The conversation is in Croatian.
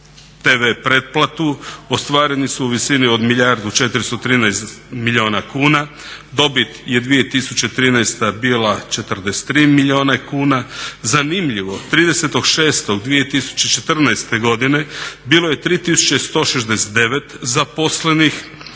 tv pretplatu ostvareni su u visini od milijardu i 413 milijuna kuna, dobit je 2013. bila 43 milijuna kuna. Zanimljivo, 30.06.2014. godine bilo je 3169 zaposlenih,